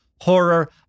horror